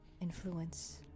influence